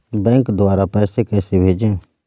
Bank द्वारा पैसे कैसे भेजें?